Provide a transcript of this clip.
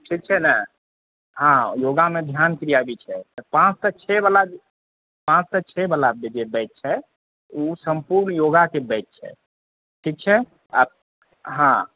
ठीक छै ने हँ योगामे ध्यान क्रिया भी छै पाँच सँ छओ वला पाँच सँ छओ वला जे बैच छै ओ सम्पूर्ण योगाके बैच छै ठीक छै आ हँ